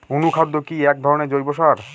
অনুখাদ্য কি এক ধরনের জৈব সার?